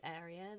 area